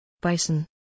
Bison